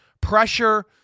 pressure